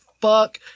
fuck